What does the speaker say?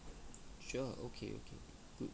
sure okay okay good